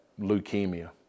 leukemia